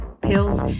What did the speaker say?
pills